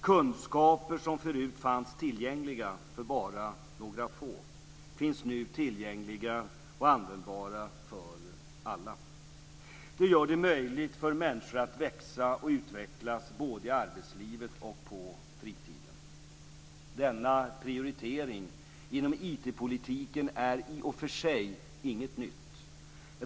Kunskaper som förut fanns tillgängliga för bara några få finns nu tillgängliga och användbara för alla. Det gör det möjligt för människor att växa och utvecklas både i arbetslivet och på fritiden. Denna prioritering inom IT-politiken är i och för sig inget nytt.